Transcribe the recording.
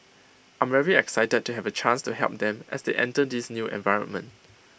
I'm very excited to have A chance to help them as they enter this new environment